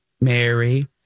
Mary